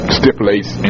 stipulates